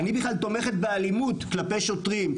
אני בכלל תומכת באלימות כלפי שוטרים,